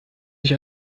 sich